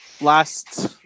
last